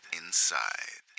inside